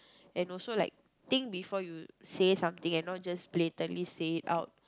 and also like think before you say something and not just blatantly saying out